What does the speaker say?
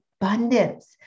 abundance